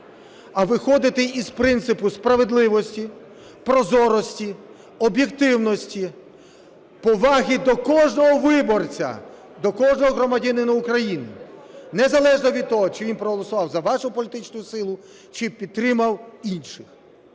а виходити із принципу справедливості, прозорості, об'єктивності, поваги до кожного виборця, до кожного громадянина України, незалежно від того, чи він проголосував за вашу політичну силу, чи підтримав інших.